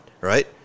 right